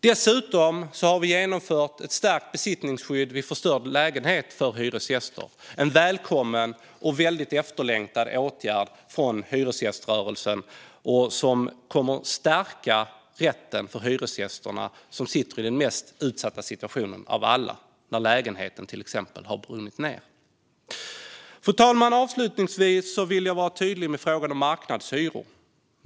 Dessutom har vi infört ett stärkt besittningsskydd för hyresgäster vid förstörd lägenhet. Det är välkommet och efterlängtat av hyresgäströrelsen, och det kommer att stärka rätten för hyresgäster när de är som mest utsatta, till exempel när lägenheten har brunnit. Fru talman! Låt mig vara tydlig i fråga om marknadshyror.